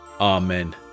Amen